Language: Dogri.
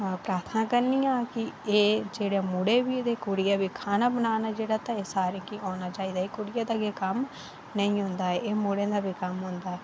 प्रार्थना करनी आं एह् जेह्ड़े मुड़े बी ते कुड़ियां बी खाना बनाना जेह्ड़ा ते एह् सारें गी औना चाहिदा कुड़ियै दा गै कम्म नेईं होंदा ऐ एह् मुड़े गी बी औना चाहिदा